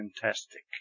fantastic